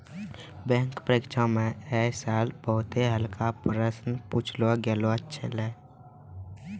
bank परीक्षा म है साल बहुते हल्का प्रश्न पुछलो गेल छलै